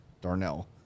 Darnell